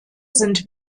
sind